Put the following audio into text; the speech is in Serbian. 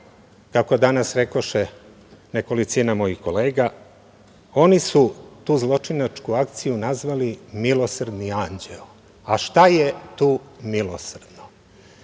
kako danas reče nekolicina mojih kolega, oni su tu zločinačku akciju nazvali „Milosrdni anđeo“. A šta je tu milosrdno?